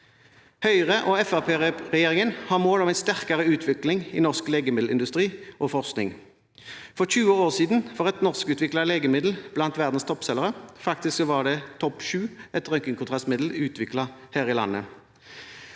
Høyre–Fremskrittsparti-regjeringen har mål om en sterkere utvikling i norsk legemiddelindustri og -forskning. For tjue år siden var et norskutviklet legemiddel blant verdens toppselgere, faktisk var det topp sju – et røntgenkontrastmiddel utviklet her i landet.